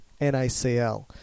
NaCl